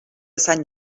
sant